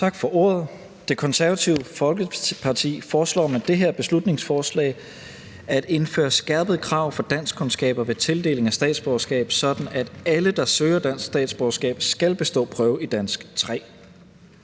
Tak for ordet. Det Konservative Folkeparti foreslår med det her beslutningsforslag at indføre skærpede krav for danskkundskaber ved tildeling af statsborgerskab, sådan at alle, der søger dansk statsborgerskab, skal bestå prøve i dansk 3.